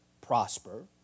prosper